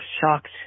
shocked